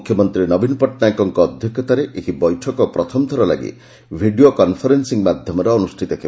ମୁଖ୍ୟମନ୍ତୀ ନବୀନ ପଟ୍ଟନାୟକଙ୍କ ଅଧ୍ଧକ୍ଷତାରେ ଏହି ବୈଠକ ପ୍ରଥମ ଥରଲାଗି ଭିଡ଼ିଓ କନ୍ଫରେନ୍ସିଂ ମାଧ୍ଧମରେ ଅନୁଷ୍ଷିତ ହେବ